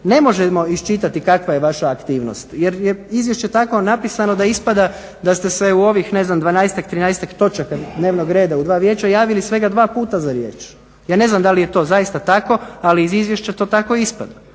ne možemo iščitati kakva je vaša aktivnost, jer je izvješće tako napisano da ispada da ste se u ovih ne znam dvanaestak, trinaestak točaka dnevnog reda u dva Vijeća javili svega dva puta za riječ. Ja ne znam da li je to zaista tako, ali iz izvješća to tako ispada.